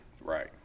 right